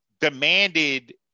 demanded